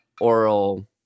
oral